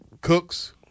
cooks